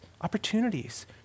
opportunities